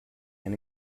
and